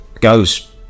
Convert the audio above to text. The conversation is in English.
goes